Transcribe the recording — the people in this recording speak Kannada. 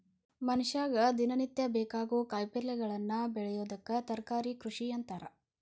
ಮನಷ್ಯಾಗ ದಿನನಿತ್ಯ ಬೇಕಾಗೋ ಕಾಯಿಪಲ್ಯಗಳನ್ನ ಬೆಳಿಯೋದಕ್ಕ ತರಕಾರಿ ಕೃಷಿ ಅಂತಾರ